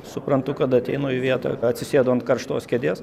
suprantu kad ateinu į vietą atsisėdu ant karštos kėdės